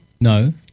No